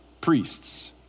priests